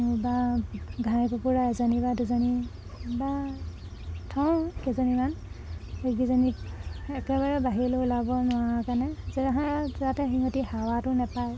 বা ঘাই কুকুৰা এজনী বা দুজনী বা থওঁ কেইজনীমান সেইকেইজনী একেবাৰে বাহিৰলৈ ওলাব নোৱাৰ কাৰণে যেনে যাতে সিহঁতি হাৱাটো নেপায়